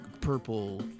purple